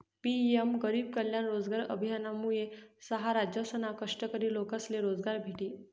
PM गरीब कल्याण रोजगार अभियानमुये सहा राज्यसना कष्टकरी लोकेसले रोजगार भेटी